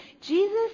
Jesus